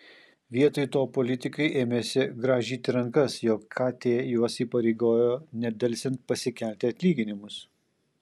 vietoj to politikai ėmėsi grąžyti rankas jog kt juos įpareigojo nedelsiant pasikelti atlyginimus